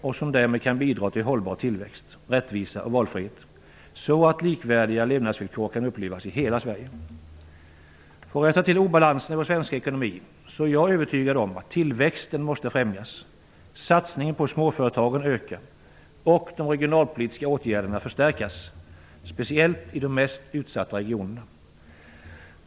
Den kan därmed bidra till hållbar tillväxt, rättvisa och valfrihet, så att likvärdiga levnadsvillkor kan upplevas i hela Sverige. För att rätta till obalanserna i vår svenska ekonomi är jag övertygad om att tillväxten måste främjas, satsningen på småföretagen öka och de regionalpolitiska åtgärderna förstärkas, speciellt i de mest utsatta regionerna. Herr talman!